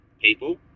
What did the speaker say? people